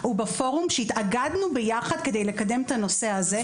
הוא בפורום שהתאגדנו ביחד כדי לקדם את הנושא הזה,